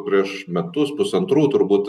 prieš metus pusantrų turbūt